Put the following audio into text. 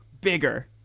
bigger